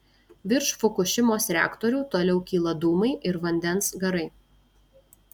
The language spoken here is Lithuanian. virš fukušimos reaktorių toliau kyla dūmai ir vandens garai